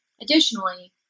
Additionally